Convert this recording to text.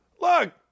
Look